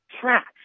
Trash